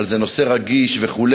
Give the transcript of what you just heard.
שזה נושא רגיש וכו',